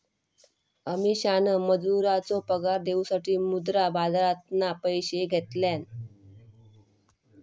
अमीषान मजुरांचो पगार देऊसाठी मुद्रा बाजारातना पैशे घेतल्यान